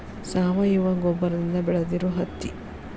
ಸಾವಯುವ ಗೊಬ್ಬರದಿಂದ ಬೆಳದಿರು ಹತ್ತಿ